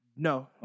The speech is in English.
No